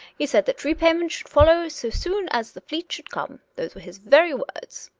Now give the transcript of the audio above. he said that repayment should follow so soon as the fleet should come. those were his very words.